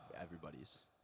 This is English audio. Everybody's